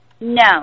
No